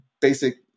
basic